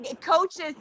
coaches